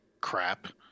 crap